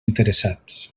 interessats